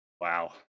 Wow